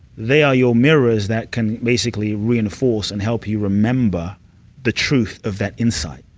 they are your mirrors that can basically reinforce and help you remember the truth of that insight,